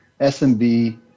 SMB